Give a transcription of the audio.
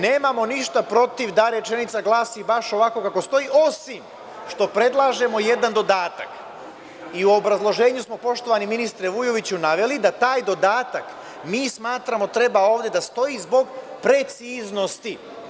Nemamo ništa protiv da rečenica glasi baš ovako kako stoji, osim što predlažemo jedan dodatak i u obrazloženju smo, poštovani ministre Vujoviću, naveli da taj dodatak mi smatramo treba ovde da stoji zbog preciznosti.